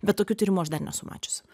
bet tokių tyrimų aš dar nesu mačiusi